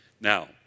Now